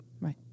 Right